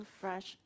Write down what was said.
fresh